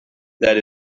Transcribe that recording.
that